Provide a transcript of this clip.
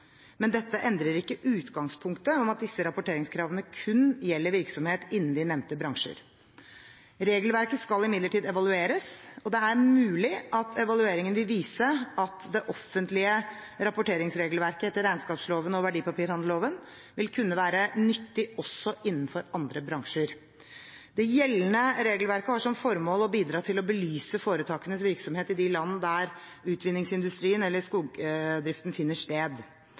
men dette endrer ikke utgangspunktet om at disse rapporteringskravene kun gjelder virksomhet innen de nevnte bransjer. Regelverket skal imidlertid evalueres, og det er mulig at evalueringen vil vise at det offentlige rapporteringsregelverket etter regnskapsloven og verdipapirhandelloven vil kunne være nyttig også innenfor andre bransjer. Det gjeldende regelverket har som formål å bidra til å belyse foretakenes virksomhet i de land der utvinningsindustrien eller skogdriften finner sted.